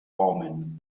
omen